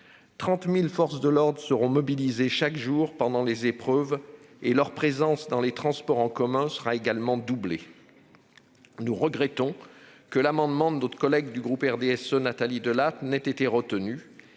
des forces de l'ordre seront mobilisés chaque jour pendant les épreuves et leur présence dans les transports en commun sera doublée. Nous regrettons que l'amendement de notre collègue du groupe RDSE Nathalie Delattre n'ait pas été retenu.